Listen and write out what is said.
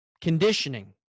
Conditioning